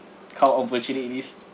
how unfortunate it is